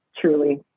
truly